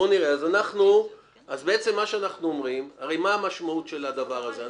מה שאנחנו אומרים הרי מה המשמעות של הדבר הזה?